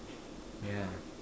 yeah